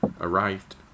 arrived